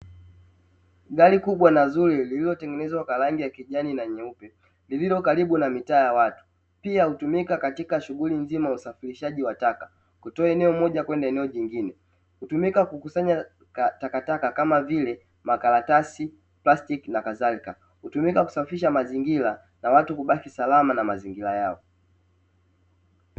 Gari kubwa na zuri lililotengenezwa kwa rangi ya kijani na nyeupe, lililo karibu na mitaa ya watu. Pia hutumika katika shughuli nzima ya usafirishaji wa taka, kutoa eneo moja kwenda eneo jingine. Hutumika kukusanya takataka kama vile: makaratasi, plastiki na na kadhalika. Hutumika kusafisha mazingira na watu kubaki salama na mazingira yao.